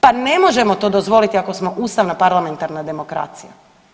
Pa ne možemo to dozvoliti ako smo ustavna parlamentarna demokracija.